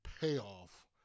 payoff